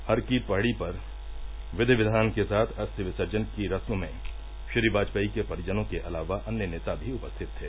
हर की पौढ़ी पर विधि विधान के साथ अस्थि विसर्जन की रस्म में श्री वाजपेयी के परिजनों के अलावा अन्य नेता भी उपस्थित थे